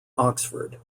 oxford